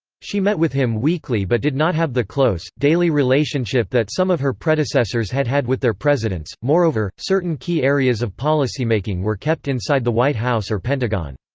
she met with him weekly but did not have the close, daily relationship that some of her predecessors had had with their presidents moreover, certain key areas of policymaking were kept inside the white house or pentagon.